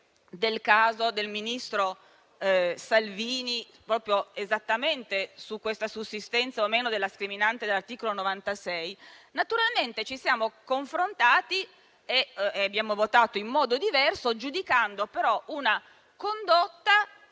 del caso del ministro Salvini, esattamente sulla sussistenza o meno della scriminante di cui all'articolo 96, naturalmente ci siamo confrontati. Abbiamo votato in modo diverso, giudicando se la condotta,